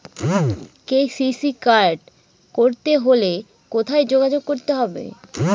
KCC card করতে হলে কোথায় যোগাযোগ করতে হবে?